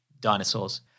dinosaurs